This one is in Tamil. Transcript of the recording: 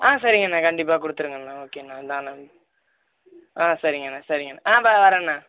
ஆ சரிங்கண்ணா கண்டிப்பாக கொடுத்துருங்கண்ண ஓகேண்ணா நான் ஆ சரிங்கண்ணா சரிங்கண்ணா ஆ வரேண்ணா